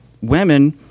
women